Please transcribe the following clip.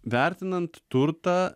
vertinant turtą